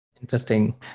Interesting